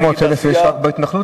אמרת אתמול ש-600,000 יש רק בהתנחלות.